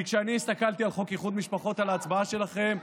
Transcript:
כי כשאני הסתכלתי בחוק איחוד משפחות על ההצבעה שלכם,